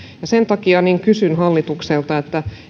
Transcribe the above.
sen takia kysyn hallitukselta